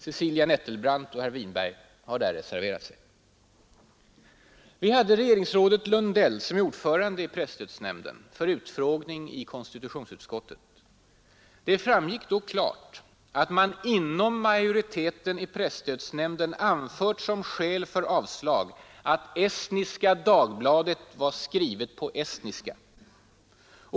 Cecilia Nettelbrandt och herr Winberg har där reserverat sig. Vi hade regeringsrådet Lundell, ordförande i presstödsnämnden, för utfrågning i konstitutionsutskottet. Det framgick då klart att man inom majoriteten i presstödsnämnden anfört som skäl för avslag att Estniska Dagbladet var skrivet på estniska!